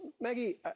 Maggie